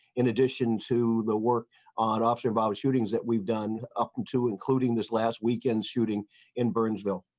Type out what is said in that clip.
in addition to the work on officer-involved shootings that we've done up and to including this last weekend's shooting in burnsville.